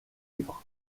livres